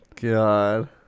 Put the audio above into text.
God